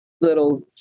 little